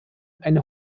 eine